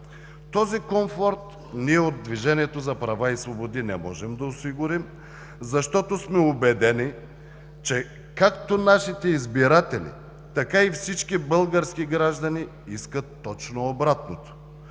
Този комфорт ние от „Движението за права и свободи“ не можем да осигурим, защото сме убедени, че както нашите избиратели, така и всички български граждани искат точно обратното.